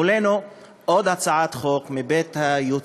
מולנו עוד הצעת חוק מבית-היוצר